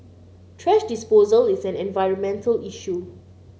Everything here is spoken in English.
thrash disposal is an environmental issue